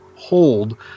hold